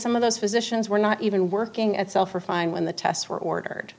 some of those physicians were not even working itself or fine when the tests were ordered